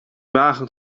wagen